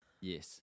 Yes